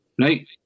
right